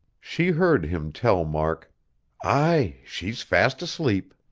she heard him tell mark aye, she's fast asleep.